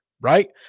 Right